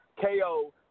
KO